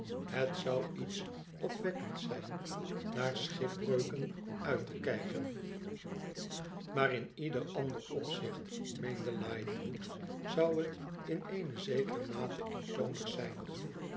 het zou iets opwekkends zijn naar schipbreuken uit te kijken maar in ieder ander opzicht meende lightwood t zou het in eene zekere mate eentonig zijn